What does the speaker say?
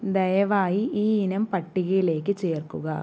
ദയവായി ഈ ഇനം പട്ടികയിലേക്ക് ചേർക്കുക